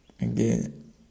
Again